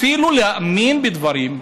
אפילו להאמין בדברים.